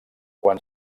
quan